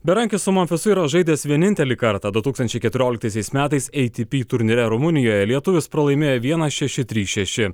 berankis su monfisu yra žaidęs vienintelį kartą du tūkstančiai keturioliktaisiais metais ei ti pi turnyre rumunijoje lietuvis pralaimėjo vienas šeši trys šeši